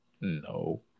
No